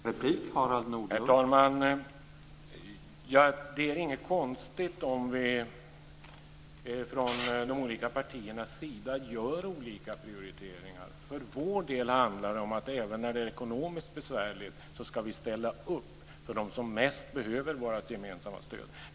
Herr talman! Det är inte konstigt om man från de olika partiernas sida gör olika prioriteringar. För vår del handlar det om att även när det är ekonomiskt besvärligt ska vi ställa upp för dem som mest behöver vårt gemensamma stöd.